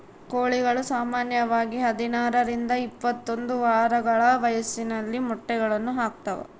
ಕೋಳಿಗಳು ಸಾಮಾನ್ಯವಾಗಿ ಹದಿನಾರರಿಂದ ಇಪ್ಪತ್ತೊಂದು ವಾರಗಳ ವಯಸ್ಸಿನಲ್ಲಿ ಮೊಟ್ಟೆಗಳನ್ನು ಹಾಕ್ತಾವ